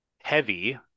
heavy